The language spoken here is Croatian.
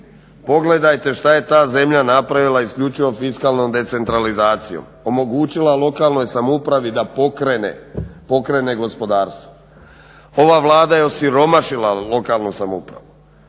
pogledajte što je ta zemlja napravila isključivo fiskalnom decentralizacijom. Omogućila lokalnoj samoupravi da pokrene gospodarstvo. Ova Vlada je osiromašila lokalnu samoupravu.